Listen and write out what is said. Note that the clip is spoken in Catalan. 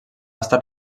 estat